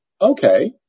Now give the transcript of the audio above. okay